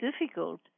difficult